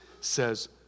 says